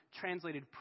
translated